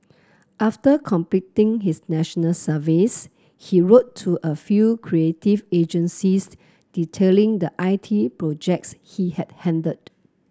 after completing his National Service he wrote to a few creative agencies detailing the I T projects he had handled